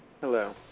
Hello